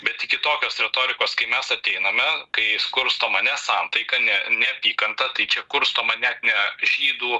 bet iki tokios retorikos kai mes ateiname kai s kurstoma nesantaika ne neapykanta tai čia kurstoma net ne žydų